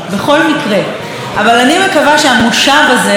אבל אני מקווה שהמושב הזה יתקצר כמה שיותר,